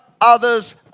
others